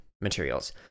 materials